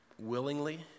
willingly